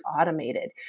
automated